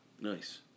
Nice